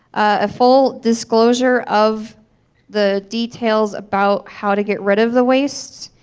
a full disclosure of the details about how to get rid of the waste,